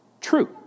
true